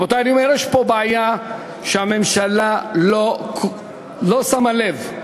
רבותי, אני אומר: יש פה בעיה שהממשלה לא שמה לב.